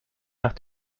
nach